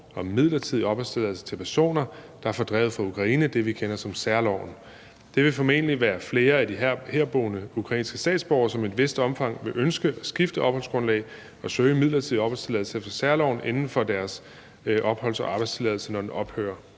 om midlertidig opholdstilladelse til personer, der er fordrevet fra Ukraine; det, vi kender som særloven. Der vil formentlig være flere af de herboende ukrainske statsborgere, som i et vist omfang vil ønske at skifte opholdsgrundlag og søge om midlertidig opholdstilladelse efter særloven inden for deres opholds- og arbejdstilladelse, når den ophører.